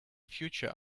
future